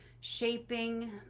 shaping